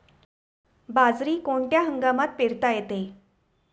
बाजरी कोणत्या हंगामात पेरता येते?